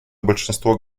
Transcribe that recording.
большинство